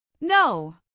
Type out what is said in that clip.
No